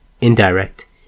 indirect